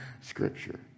scripture